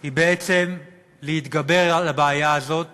היא בעצם להתגבר על הבעיה הזאת